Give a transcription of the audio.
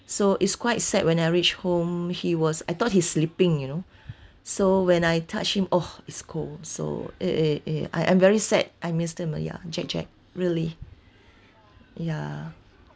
so is quite sad when I reach home he was I thought he's sleeping you know so when I touch him oh his cold so eh eh eh I I'm very sad I missed him ah ya jack jack really ya